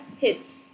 hits